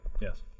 Yes